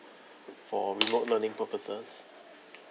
for reload learning purposes